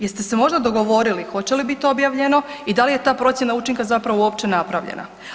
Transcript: Jeste se možda dogovorili hoće li biti objavljeno i da li je ta procjena učinka zapravo uopće napravljena?